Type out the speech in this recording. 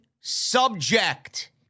subject